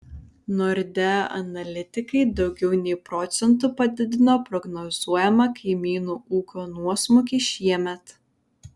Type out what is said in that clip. nordea analitikai daugiau nei procentu padidino prognozuojamą kaimynų ūkio nuosmukį šiemet